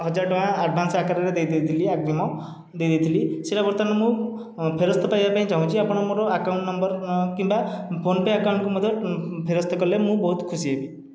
ହଜାର ଟଙ୍କା ଆଡ଼ଭାନ୍ସ ଆକାରରେ ଦେଇଦେଇଥିଲି ଆଗ୍ରୀମ ଦେଇଦେଇଥିଲି ସେଇଟା ବର୍ତ୍ତମାନ ମୁଁ ଫେରସ୍ତ ପାଇବା ପାଇଁ ଚାହୁଁଛି ଆପଣ ମୋର ଆକାଉଣ୍ଟ ନମ୍ବର କିମ୍ବା ଫୋନ୍ ପେ' ଆକାଉଣ୍ଟକୁ ମଧ୍ୟ ଫେରସ୍ତ କଲେ ମୁଁ ବହୁତ ଖୁସି ହେବି